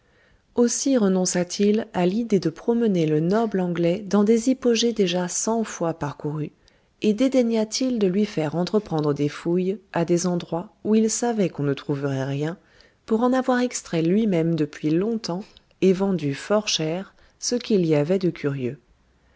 aussi renonça t il à l'idée de promener le noble anglais dans des hypogées déjà cent fois parcourus et dédaigna t il de lui faire entreprendre des fouilles à des endroits où il savait qu'on ne trouverait rien pour en avoir extrait lui-même depuis longtemps et vendu fort cher ce qu'il y avait de curieux